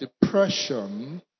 depression